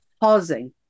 pausing